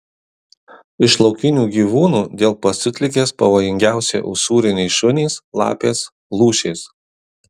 iš laukinių gyvūnų dėl pasiutligės pavojingiausi usūriniai šunys lapės lūšys